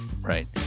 Right